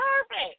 perfect